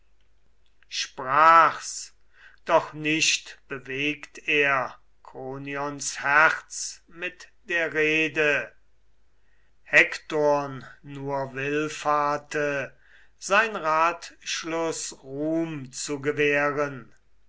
sprach's doch nicht bewegt er kronions herz mit der rede hektorn nur willfahrte sein ratschluß ruhm zu gewähren